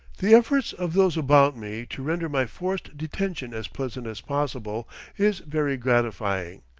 the efforts of those about me to render my forced detention as pleasant as possible is very gratifying,